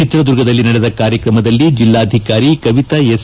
ಚಿತ್ರದುರ್ಗದಲ್ಲಿ ನಡೆದ ಕಾರ್ಯಕ್ರಮದಲ್ಲಿ ಜಿಲ್ಲಾಧಿಕಾರಿ ಕವಿತಾ ಎಸ್